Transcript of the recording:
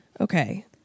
Okay